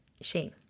shame